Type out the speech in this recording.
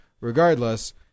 regardless